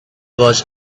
was